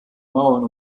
mauern